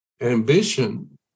ambition